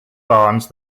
barnes